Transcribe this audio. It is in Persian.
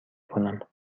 کنم